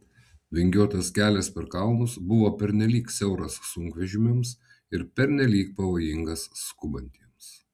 vingiuotas kelias per kalnus buvo pernelyg siauras sunkvežimiams ir pernelyg pavojingas skubantiems